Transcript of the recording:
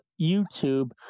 YouTube